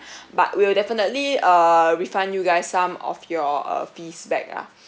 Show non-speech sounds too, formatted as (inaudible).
(breath) but we will definitely uh refund you guys some of your uh fees back ah